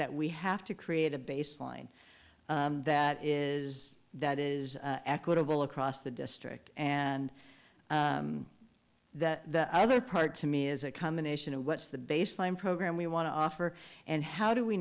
that we have to create a baseline that is that is equitable across the district and the other part to me is a combination of what's the baseline program we want to offer and how do we